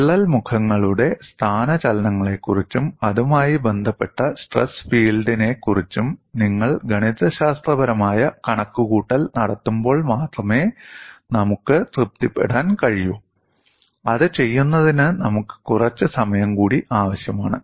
വിള്ളൽ മുഖങ്ങളുടെ സ്ഥാനചലനങ്ങളെക്കുറിച്ചും അതുമായി ബന്ധപ്പെട്ട സ്ട്രെസ് ഫീൽഡിനെക്കുറിച്ചും നിങ്ങൾ ഗണിതശാസ്ത്രപരമായ കണക്കുകൂട്ടൽ നടത്തുമ്പോൾ മാത്രമേ നമുക്ക് തൃപ്തിപ്പെടാൻ കഴിയൂ അത് ചെയ്യുന്നതിന് നമുക്ക് കുറച്ച് സമയം കൂടി ആവശ്യമാണ്